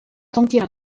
تمطر